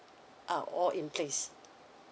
are all in place